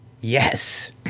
Yes